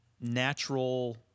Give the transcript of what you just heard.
natural